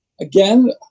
again